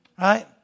Right